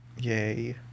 Yay